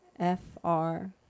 F-R